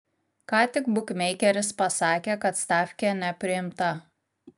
ką tik bukmeikeris pasakė kad stafkė nepriimta